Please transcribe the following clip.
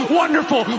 wonderful